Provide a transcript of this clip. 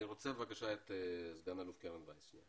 אני רוצה בבקשה לדבר עם סגן אלוף קרן וייס.